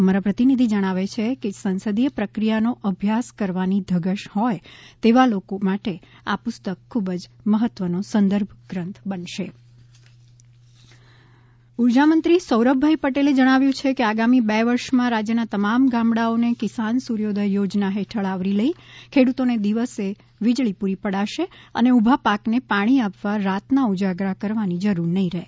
અમારા પ્રતિનિધિ જણાવે છે કે સંસદીય પ્રક્રિયાનો અભ્યાસ કરવાની ધગશ હોય તેવા લોકો માટે આ પુસ્તક ખૂબ મહત્વનો સંદર્ભ ગ્રંથ બનશે કિસાન સૂર્યોદય યોજના સૌરભ પટેલ ઊર્જામંત્રી સૌરભભાઇ પટેલે જણાવ્યુ છે કે આગામી બે વર્ષમાં રાજ્યના તમામ ગામડાઓને કિસાન સૂર્યોદય યોજના હેઠળ આવરી લઇ ખેડૂતોને દિવસે વીજળી પૂરી પડાશે અને ઊભા પાક ને પાણી આપવા રાત ના ઉજાગરા કરવાની જરૂર નહીં રહે